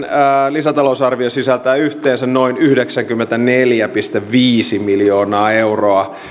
lisätalousarvio sisältää yhteensä noin yhdeksänkymmentäneljä pilkku viisi miljoonaa euroa